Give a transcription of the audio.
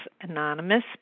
Anonymous